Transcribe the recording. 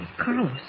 Carlos